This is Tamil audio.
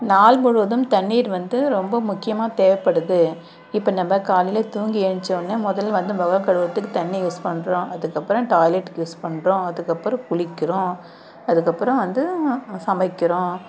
நாள் முழுவதும் தண்ணி வந்து ரொம்ப முக்கியமாக தேவைப்படுது இப்போ நம்ம காலையில் தூங்கி எழுந்திருச்ச உடனே முதலில் வந்து முகம் கழுவுகிறதுக்கு தண்ணி யூஸ் பண்ணுறோம் அதுக்கப்புறம் டாய்லெட்டுக்கு யூஸ் பண்ணுறோம் அதுக்கப்புறம் குளிக்கிறோம் அதுக்கப்புறம் வந்து சமைக்கிறோம்